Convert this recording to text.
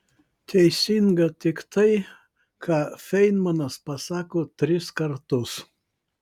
teisinga tik tai ką feinmanas pasako tris kartus